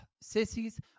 sissies